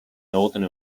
northern